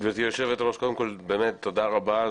גבירתי היו"ר, קודם כל באמת תודה רבה.